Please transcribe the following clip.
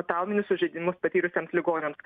trauminius sužeidimus patyrusiems ligoniams